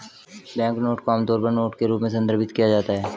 banknote को आमतौर पर नोट के रूप में संदर्भित किया जाता है